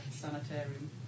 sanitarium